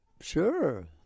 Sure